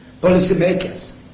policymakers